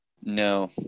No